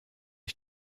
ich